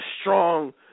strong